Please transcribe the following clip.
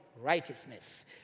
righteousness